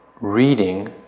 reading